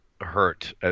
hurt